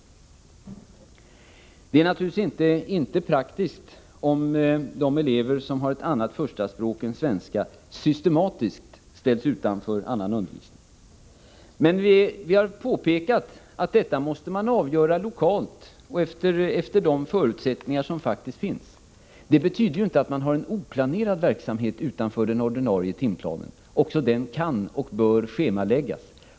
Det är naturligtvis inte praktiskt om de elever som har ett annat förstaspråk än svenska systematiskt ställs utanför annan undervisning. Men vi har påpekat att detta måste avgöras lokalt och efter de förutsättningar som i realiteten finns. Det betyder inte att man har en oplanerad verksamhet utanför den ordinarie timplanen. Också den verksamheten kan och bör schemaläggas.